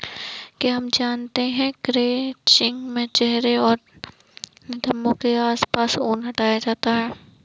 क्या आप जानते है क्रचिंग में चेहरे और नितंबो के आसपास से ऊन हटाया जाता है